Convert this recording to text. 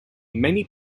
many